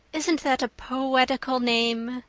isn't that a poetical name?